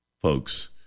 folks